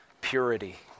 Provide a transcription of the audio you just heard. purity